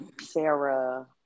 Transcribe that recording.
Sarah